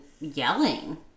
yelling